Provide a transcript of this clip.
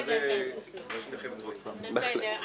בסדר.